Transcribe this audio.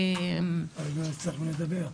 אנחנו לא הצלחנו לדבר.